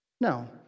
No